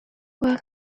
work